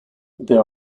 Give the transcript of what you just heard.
there